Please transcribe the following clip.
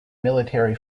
military